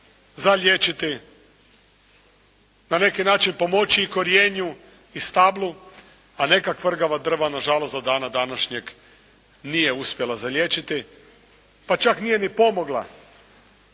zaliječiti, na neki način pomoći korijenju i stablu a neka kvrgava drva nažalost do dana današnjeg nije uspjela zaliječiti pa čak nije ni pomogla